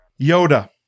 Yoda